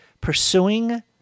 pursuing